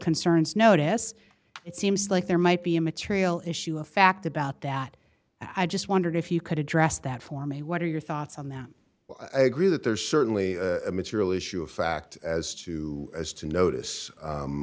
concerns notice it seems like there might be a material issue of fact about that i just wondered if you could address that for me what are your thoughts on that i agree that there's certainly a material issue of fact as to as to notice